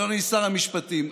אדוני שר המשפטים,